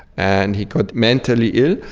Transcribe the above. and he got mentally ill,